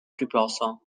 riposo